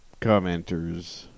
commenters